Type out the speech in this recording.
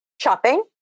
shopping